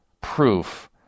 proof